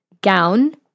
gown